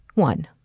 one